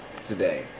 today